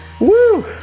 Woo